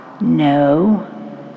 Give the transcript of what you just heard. no